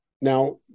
Now